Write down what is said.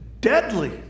deadly